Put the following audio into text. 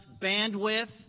bandwidth